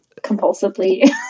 compulsively